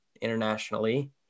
internationally